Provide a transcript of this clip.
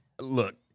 look